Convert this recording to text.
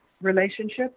relationship